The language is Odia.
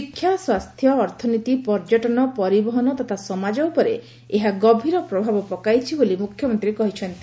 ଶିକ୍ଷା ସ୍ୱାସ୍ଥ୍ୟ ଅର୍ଥନୀତି ପର୍ଯ୍ୟଟନ ପରିବହନ ତଥା ସମାଜ ଉପରେ ଏହା ଗଭୀର ପ୍ରଭାବ ପକାଇଛି ବୋଲି ମୁଖ୍ୟମନ୍ତୀ କହିଛନ୍ତି